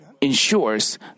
ensures